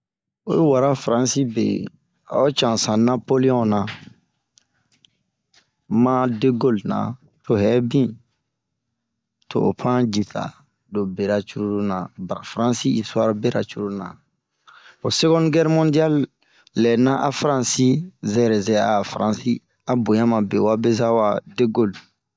Ohi wura faransi be a o cansan napolion na., ma dwegoli na to hɛbin to 'o pan yissa robera cururu na, bra bfaransima isituare, ho segonde gɛre mɔndiale lɛ na a faransi a'a zɛrɛ zɛrɛ a faransi a boɲa ma beba wa Degoli.